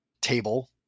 table